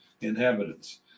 Inhabitants